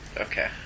Okay